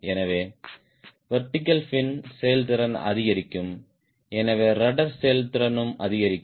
எனவே vertical fin செயல்திறன் அதிகரிக்கும் எனவே ரட்ட்ர் செயல்திறனும் அதிகரிக்கும்